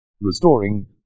Restoring